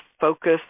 focus